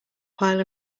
pile